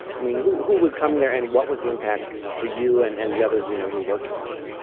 i mean who who was coming there? and what was the impact for you and and the others you know who worked on this?